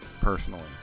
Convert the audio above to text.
personally